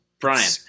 Brian